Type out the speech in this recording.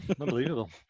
Unbelievable